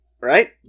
right